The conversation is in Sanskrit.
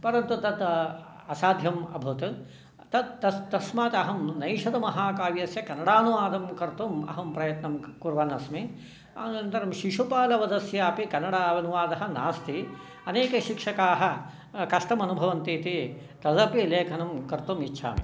परन्तु तत् असाध्यम् अभूत् तस्मात् अहं नैषधमहाकाव्यस्य कन्नडानुवादङ्कर्तुम् अहं प्रयत्नं कुर्वन् अस्मि अनन्तरं शिशुपालवधस्य अपि कन्नड अनुवादः नास्ति अनेके शिक्षकाः कष्टम् अनुभवन्ति इति तदपि लेखनं कर्तुम् इच्छामि